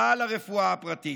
על הרפואה הפרטית.